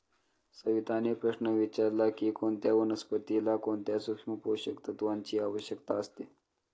सविताने प्रश्न विचारला की कोणत्या वनस्पतीला कोणत्या सूक्ष्म पोषक तत्वांची आवश्यकता असते?